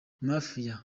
mafia